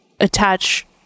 Attach